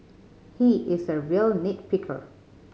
he is a real nit picker